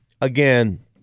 again